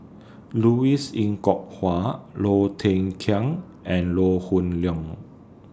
Louis Ng Kok Kwang Low Thia Khiang and Low Hoon Leong